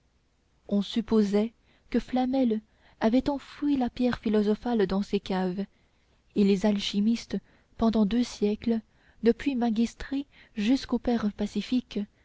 on supposait que flamel avait enfoui la pierre philosophale dans ces caves et les alchimistes pendant deux siècles depuis magistri jusqu'au père pacifique